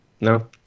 No